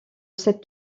cette